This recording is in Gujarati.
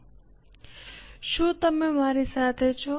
સ્લાઇડનો સંદર્ભ લો 0917 શું તમે મારી સાથે છો